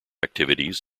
activities